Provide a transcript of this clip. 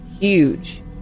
Huge